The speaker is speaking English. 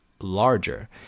larger